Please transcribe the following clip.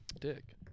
dick